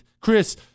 Chris